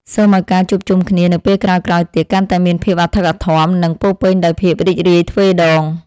សូមឱ្យការជួបជុំគ្នានៅពេលក្រោយៗទៀតកាន់តែមានភាពអធិកអធម និងពោរពេញដោយភាពរីករាយទ្វេដង។